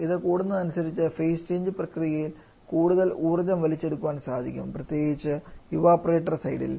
ഇത് കൂടുന്നതനുസരിച്ച് phase change പ്രക്രിയയിൽ കൂടുതൽ ഊർജ്ജം വലിച്ചെടുക്കാൻ സാധിക്കും പ്രത്യേകിച്ച് ഇവപൊറേറ്റർ സൈഡിൽ